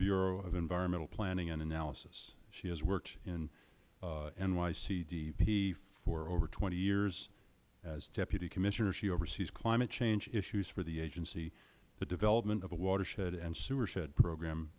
bureau of environmental planning and analysis she has worked in nycdp for over twenty years as deputy commissioner she oversees climate change issues for the agency the development of a watershed and sewershed program